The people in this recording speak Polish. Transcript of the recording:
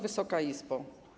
Wysoka Izbo!